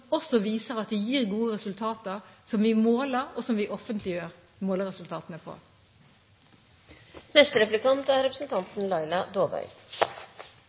også viser at det gir gode resultater, som vi måler, og som vi offentliggjør